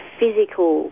physical